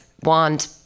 wand